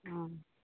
ᱦᱚᱸ